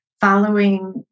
following